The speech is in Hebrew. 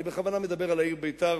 אני בכוונה מדבר על העיר ביתר,